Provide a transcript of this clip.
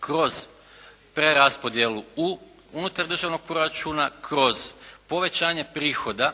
kroz preraspodjelu unutar državnog proračuna, kroz povećanje prihoda